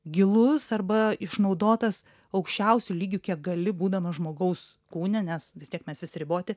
gilus arba išnaudotas aukščiausiu lygiu kiek gali būdamas žmogaus kūne nes vis tiek mes visi riboti